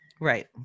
Right